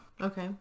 Okay